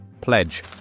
Pledge